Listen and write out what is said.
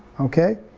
okay.